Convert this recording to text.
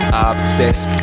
obsessed